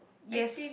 yes